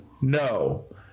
No